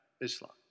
Islam